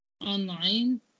online